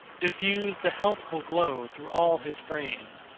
diffused a healthful glow through all his frame,